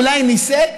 אולי נישאת,